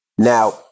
Now